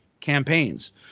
campaigns